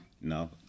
No